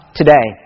today